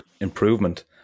improvement